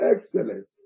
excellence